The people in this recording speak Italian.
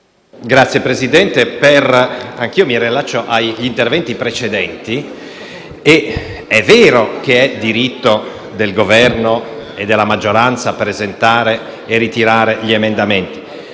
Signor Presidente, anche io mi riallaccio agli interventi precedenti. È vero che è diritto del Governo e della maggioranza presentare e ritirare emendamenti